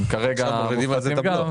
הם כרגע --- עכשיו מורידים על זה את הבלו,